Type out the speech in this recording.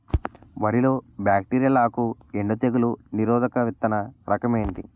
వరి లో బ్యాక్టీరియల్ ఆకు ఎండు తెగులు నిరోధక విత్తన రకం ఏంటి?